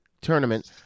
tournament